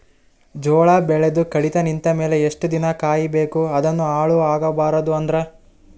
ಜೋಳ ಬೆಳೆದು ಕಡಿತ ನಿಂತ ಮೇಲೆ ಎಷ್ಟು ದಿನ ಕಾಯಿ ಬೇಕು ಅದನ್ನು ಹಾಳು ಆಗಬಾರದು ಅಂದ್ರ?